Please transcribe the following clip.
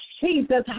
Jesus